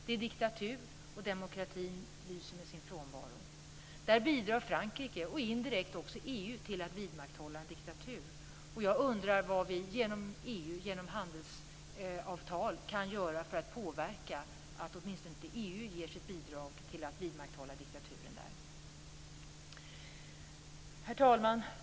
Det är en diktatur, och demokratin lyser med sin frånvaro. Där bidrar Frankrike, och indirekt också EU, till att vidmakthålla en diktatur, och jag undrar vad vi genom EU genom handelsavtal kan göra för att påverka att åtminstone inte EU ger sitt bidrag till att vidmakthålla diktaturen där. Herr talman!